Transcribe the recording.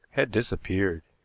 had disappeared.